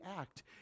act